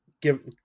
give